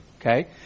Okay